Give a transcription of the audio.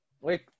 Wait